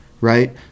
right